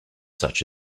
such